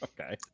Okay